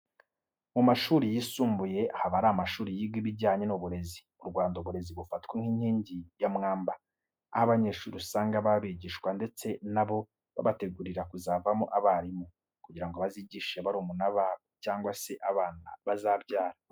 Mu mashuri yisumbuye haba hari amashuri yiga ibijyanye n'uburezi. Mu Rwanda uburezi bufatwa nk'inkingi ya mwamba, aho abanyeshuri usanga baba bigishwa ndetse na bo babategurira kuzavamo abarimu, kugira ngo bazigishe barumuna babo cyangwa se abana bazabyara.